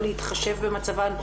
לא להתחשב במצבן,